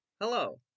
Hello